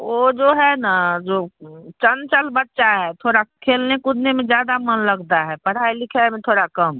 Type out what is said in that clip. वो जो है ना जो चंचल बच्चा है थोड़ा खेलने कूदने में ज़्यादा मन लगता है पढ़ाई लिखाई में थोड़ा कम